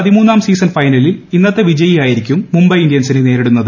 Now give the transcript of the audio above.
പതിമൂന്നാം സീസൺ ഫൈനലിൽ ഇന്നത്തെ വിജയിയാക്ടിരിക്കും മുംബൈ ഇന്ത്യൻസിനെ നേരിടുന്നത്